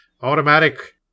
automatic